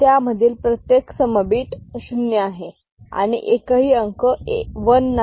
त्यामधील प्रत्येक सम बीट शून्य आहे आणि एकही अंक 1 नाही